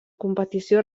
competició